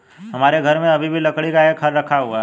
हमारे घर में अभी भी लकड़ी का एक हल रखा हुआ है